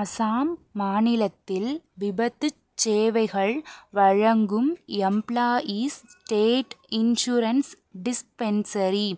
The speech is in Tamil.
அசாம் மாநிலத்தில் விபத்துச் சேவைகள் வழங்கும் எம்ப்ளாயீஸ் ஸ்டேட் இன்சூரன்ஸ் டிஸ்பென்சரி